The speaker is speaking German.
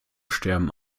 sterben